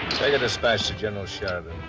take a dispatch to general sheridan.